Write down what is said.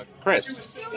Chris